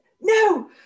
no